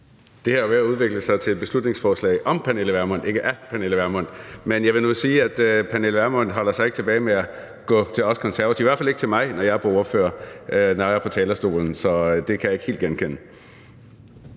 Det her er ved at udvikle sig til et beslutningsforslag om fru Pernille Vermund, ikke af fru Pernille Vermund. Men jeg vil nu sige, at fru Pernille Vermund ikke holder sig tilbage fra at gå til os Konservative, i hvert fald ikke fra mig, når jeg er på talerstolen som ordfører. Så det kan jeg ikke helt genkende.